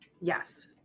Yes